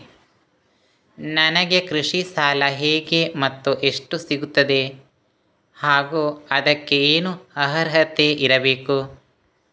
ನನಗೆ ಕೃಷಿ ಸಾಲ ಹೇಗೆ ಮತ್ತು ಎಷ್ಟು ಸಿಗುತ್ತದೆ ಹಾಗೂ ಅದಕ್ಕೆ ಏನು ಅರ್ಹತೆ ಇರಬೇಕು?